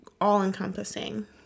all-encompassing